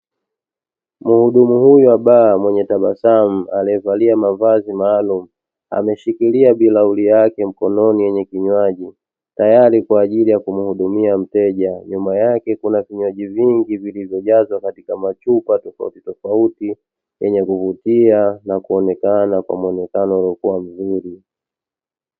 Muhudumu huyu wa baa mwenye tabasamu aliyevalia mavazi maalumu ameshikilia bilauri yake mkononi yenye kinywaji, tayari kwa ajili ya kumhudumia mteja. Nyuma yake kuna kinywaji vingi vilivyojazwa katika machupa tofautitofauti yenye kuvutia na kuonekana kwa mwonekano uliokuwa mzuri.